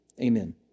amen